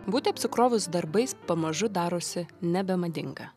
būti apsikrovus darbais pamažu darosi nebemadinga